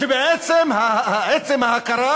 כשבעצם, עצם ההכרה